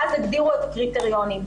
ואז הגדירו את הקריטריונים.